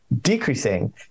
decreasing